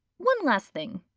one last thing.